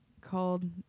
called